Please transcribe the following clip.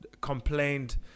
complained